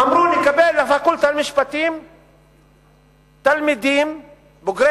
אמרו: נקבל לפקולטה למשפטים תלמידים בוגרי